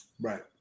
Right